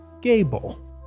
Gable